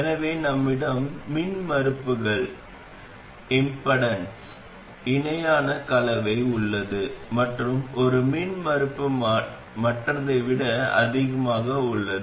எனவே நம்மிடம் மின்மறுப்புகளின் இணையான கலவை உள்ளது மற்றும் ஒரு மின்மறுப்பு மற்றதை விட அதிகமாக உள்ளது